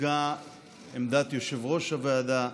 הוצגה עמדת יושב-ראש הוועדה,